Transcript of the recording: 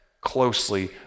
closely